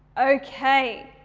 okay,